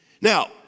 Now